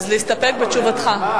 אז להסתפק בתשובתך.